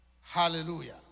Hallelujah